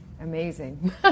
amazing